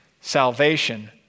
salvation